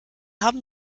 haben